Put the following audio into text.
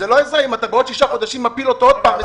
זו לא עזרה אם בעוד שישה חודשים אתה מפיל אותו עוד פעם.